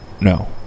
No